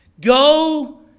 go